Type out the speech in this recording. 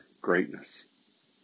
greatness